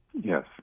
Yes